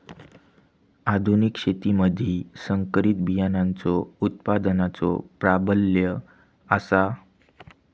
आधुनिक शेतीमधि संकरित बियाणांचो उत्पादनाचो प्राबल्य आसा